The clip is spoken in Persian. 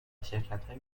شرکتهای